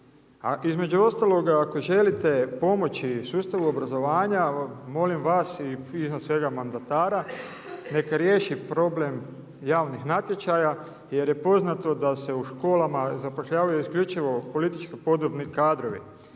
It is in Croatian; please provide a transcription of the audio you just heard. između ostaloga ako želite pomoći sustavu obrazovanja molim vas i iznad svega mandatara neka riješi problem javnih natječaja jer je poznato da se u školama zapošljavaju isključivo politički podobni kadrovi.